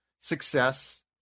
success